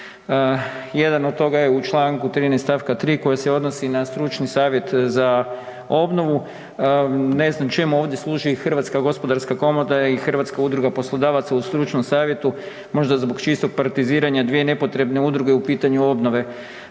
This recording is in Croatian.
Jedan od toga je u čl. 13. stavka 3. koji se odnosi na stručni savjet za obnovu, ne znam čemu ovdje služi Hrvatska gospodarska komora i Hrvatska udruga poslodavaca u stručnom savjetu, možda zbog čistog .../Govornik se ne razumije./... dvije nepotrebne udruge u pitanju obnove,